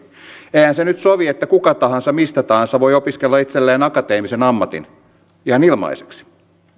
eihän se nyt sovi että kuka tahansa mistä tahansa voi opiskella itselleen akateemisen ammatin ihan ilmaiseksi